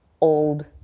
old